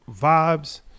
vibes